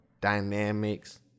dynamics